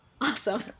awesome